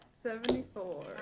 Seventy-four